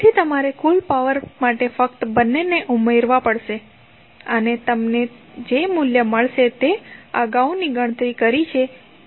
તેથી તમારે કુલ પાવર માટે ફક્ત બંનેને ઉમેરવા પડશે અને તમને તે જ મૂલ્ય મળશે જે આપણે અગાઉ ગણતરી કરી છે